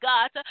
God